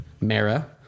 Mara